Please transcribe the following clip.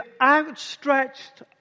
outstretched